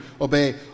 obey